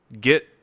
get